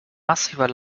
massiver